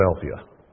Philadelphia